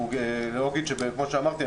כפי שאמרתי,